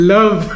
Love